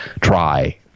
try